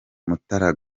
mutara